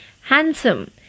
Handsome